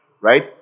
right